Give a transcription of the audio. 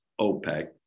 OPEC